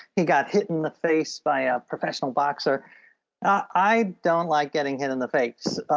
he got hit in the face by a professional boxer i don't like getting hit on the face.